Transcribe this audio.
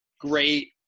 great